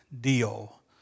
deal